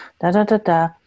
da-da-da-da